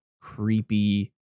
creepy